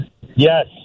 Yes